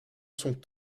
son